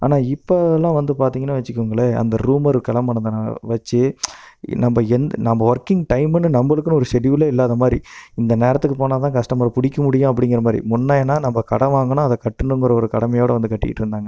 ஆனால் இப்போது எல்லாம் வந்து பார்த்திங்கனா வச்சுக்கோங்களேன் அந்த ரூமார் கிளம்புனதுனால வச்சு நம்ம எந்த நம்ம ஒர்க்கிங் டைம்னு நம்மளுக்குனு ஒரு ஷெடியூலே இல்லாத மாதிரி இந்த நேரத்துக்கு போனால் தான் கஸ்டமரை பிடிக்க முடியும் அப்படிங்கிற மாதிரி முன்னேனா நம்ம கடன் வாங்குனோம் அதை கட்டுணும்ங்கிற ஒரு கடமையோடு வந்து கட்டிக்கிட்டு இருந்தாங்க